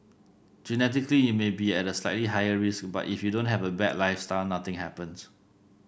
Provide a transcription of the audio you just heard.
genetically you may be at a slightly higher risk but if you don't have a bad lifestyle nothing happens